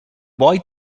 boy